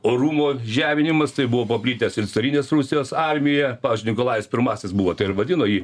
orumo žeminimas tai buvo paplitęs ir carinės rusijos armijoje pavyzdžiui nikolajus pirmasis buvo tai ir vadino jį